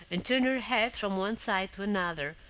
and turned her head from one side to another,